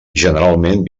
generalment